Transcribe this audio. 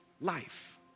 life